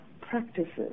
practices